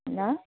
ल